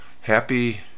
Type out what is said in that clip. happy